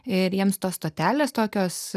ir jiems tos stotelės tokios